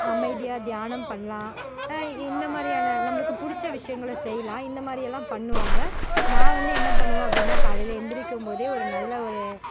அமைதியாக தியானம் பண்ணலாம் இந்த மாதிரியான நம்மளுக்கு பிடிச்ச விஷயங்களை செய்யலாம் இந்த மாதிரி எல்லாம் பண்ணுவாங்க நான் வந்து என்ன பண்ணுவேன் அப்படின்னா காலையில் எழுந்திரிக்கும் போதே ஒரு நல்ல ஒரு